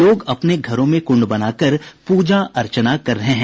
लोग अपने घरों में कुण्ड बनाकर पूजा अर्चना कर रहे हैं